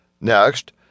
Next